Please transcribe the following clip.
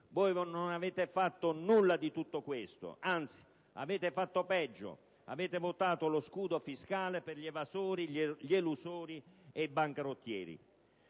Voi non avete fatto nulla di tutto questo; anzi, avete fatto peggio: avete votato lo scudo fiscale per gli evasori, gli elusori e i bancarottieri.